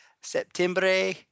September